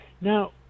Now